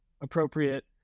appropriate